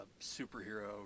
superhero